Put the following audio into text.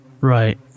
Right